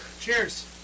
Cheers